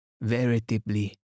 Veritably